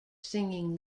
singing